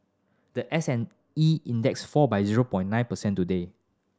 the S and E Index fall by zero pone nine percent today